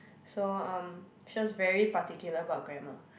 so um she was very particular about grammar